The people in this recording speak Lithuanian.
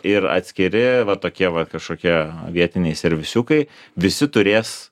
ir atskiri va tokie va kažkokie vietiniai servisiukai visi turės